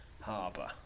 harbour